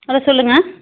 hello சொல்லுங்க